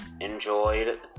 enjoyed